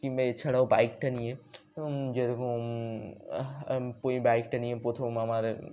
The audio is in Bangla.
কিংবা এছাড়াও বাইকটা নিয়ে যেরকম ওই বাইকটা নিয়ে প্রথম আমার